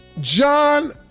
John